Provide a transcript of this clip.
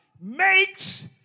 makes